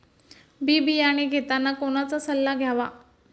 बी बियाणे घेताना कोणाचा सल्ला घ्यावा?